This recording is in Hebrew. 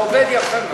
זה עובד יפה מאוד.